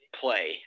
play